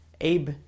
Abe